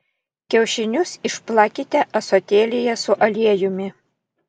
kiaušinius išplakite ąsotėlyje su aliejumi